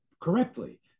correctly